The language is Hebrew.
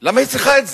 למה היא צריכה את זה?